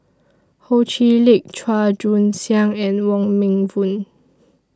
Ho Chee Lick Chua Joon Siang and Wong Meng Voon